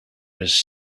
his